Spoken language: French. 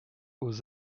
aux